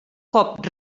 cop